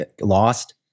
lost